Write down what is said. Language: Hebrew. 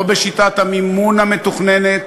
לא בשיטת המימון המתוכננת,